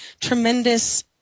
tremendous